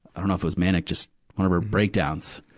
i don't know if it was manic, just one of her breakdowns,